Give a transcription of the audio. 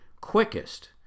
quickest